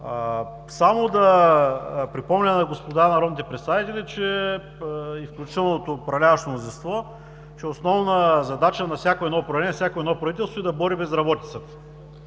Само да припомня на господа народните представители, че изключително от управляващото мнозинство, че основна задача на всяко едно управление, всяко едно правителство е да бори безработицата.